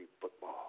football